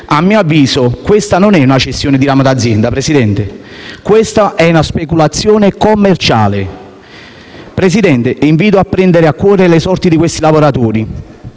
A mio avviso, questa non è una cessione di ramo d’azienda, Presidente: questa è una speculazione commerciale! Signor Presidente, invito a prendere a cuore le sorti di questi lavoratori;